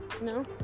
No